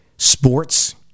Sports